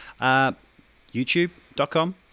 youtube.com